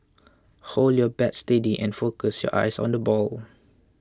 hold your bat steady and focus your eyes on the ball